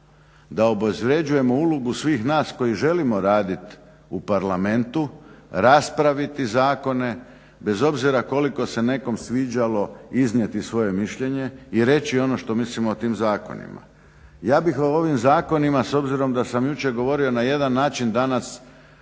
da obezvređujemo ulogu svih nas koji želimo raditi u Parlamentu, raspraviti zakone, bez obzira koliko se nekome sviđalo iznijeti svoje mišljenje i reći ono što mislimo o tim zakonima. Ja bih o ovim zakonima s obzirom da sam jučer govorio na jedan način, danas